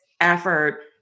effort